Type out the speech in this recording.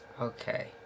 Okay